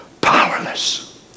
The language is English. powerless